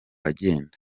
agenda